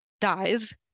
dies